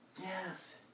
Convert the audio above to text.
Yes